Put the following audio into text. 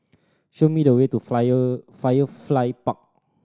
show me the way to Firefly Park